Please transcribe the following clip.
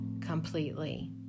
completely